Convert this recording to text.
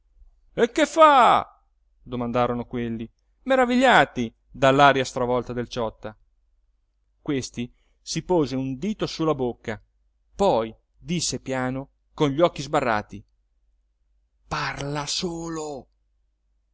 e che fa domandarono quelli meravigliati dell'aria stravolta del ciotta questi si pose un dito sulla bocca poi disse piano con gli occhi sbarrati parla solo